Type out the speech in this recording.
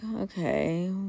okay